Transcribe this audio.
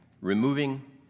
Removing